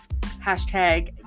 hashtag